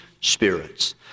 spirits